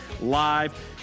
live